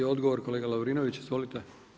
I odgovor kolega Lovrinović, izvolite.